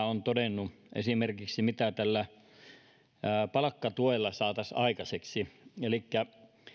on todennut siitä mitä esimerkiksi palkkatuella saataisiin aikaiseksi elikkä